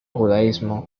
judaísmo